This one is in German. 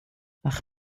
ach